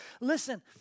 Listen